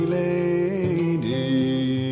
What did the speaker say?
lady